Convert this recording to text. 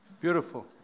Beautiful